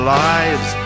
lives